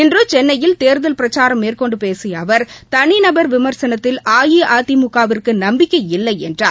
இன்று சென்னையில் தேர்தல் பிரச்சாரம் மேற்கொண்டு பேசிய அவர் தனிநபர் விமர்சனத்தில அஇஅதிமுக விற்கு நம்பிக்கை இல்லை என்றார்